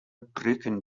brücken